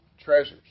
treasures